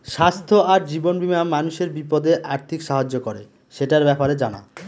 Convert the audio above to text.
স্বাস্থ্য আর জীবন বীমা মানুষের বিপদে আর্থিক সাহায্য করে, সেটার ব্যাপারে জানা